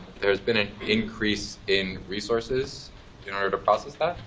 there has been an increase in resources in order to process that,